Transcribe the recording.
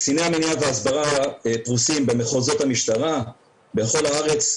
קציני המניעה וההסברה פרוסים במחוזות המשטרה בכל הארץ,